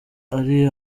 ari